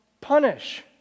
punish